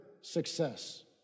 success